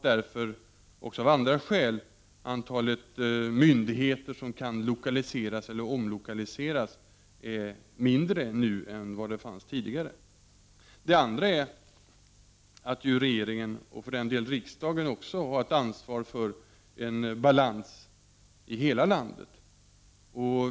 Därför, och även av andra skäl, är antalet myndigheter som kan lokaliseras eller omlokaliseras mindre nu än tidigare. Den andra saken är att regeringen och för den delen även riksdagen har ett ansvar för en balans i hela landet.